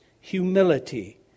humility